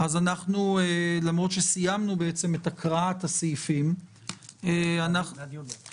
למרות שסיימנו את הקראת הסעיפים והדיון